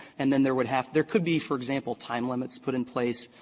and then there would have there could be, for example, time limits put in place.